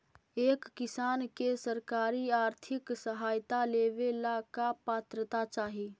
एक किसान के सरकारी आर्थिक सहायता लेवेला का पात्रता चाही?